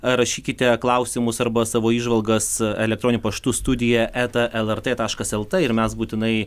rašykite klausimus arba savo įžvalgas elektroniniu paštu studija eta lrt taškas lt ir mes būtinai